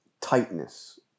tightness